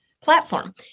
platform